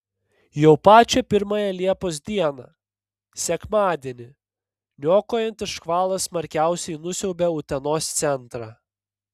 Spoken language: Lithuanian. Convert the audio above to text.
jau pačią pirmąją liepos dieną sekmadienį niokojantis škvalas smarkiausiai nusiaubė utenos centrą